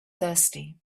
thirsty